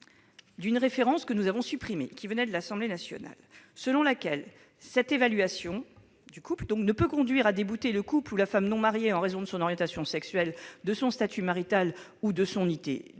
d'une référence que nous avons supprimée après son adoption à l'Assemblée nationale, selon laquelle cette évaluation du couple ne peut conduire à débouter le couple ou la femme non mariée en raison de son orientation sexuelle, de son statut marital ou de son